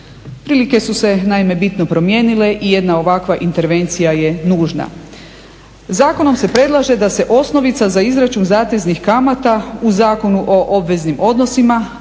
Prilike su se naime bitno promijenile i jedna ovakva intervencija je nužna. Zakonom se predlaže da se osnovica za izračun zateznih kamata u Zakonu o obveznim odnosima,